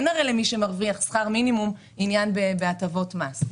הרי אין למי שמרוויח שכר מינימום עניין בהטבות מס.